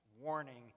warning